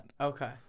Okay